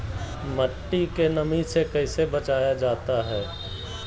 मट्टी के नमी से कैसे बचाया जाता हैं?